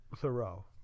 Thoreau